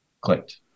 clicked